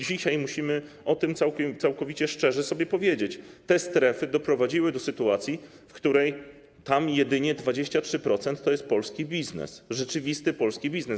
Dzisiaj musimy o tym całkowicie szczerze sobie powiedzieć: te strefy doprowadziły do sytuacji, w której jedynie 23% tam to jest polski biznes, rzeczywisty polski biznes.